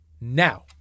now